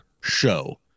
show